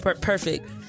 Perfect